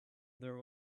there